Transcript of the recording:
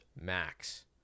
max